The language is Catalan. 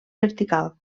vertical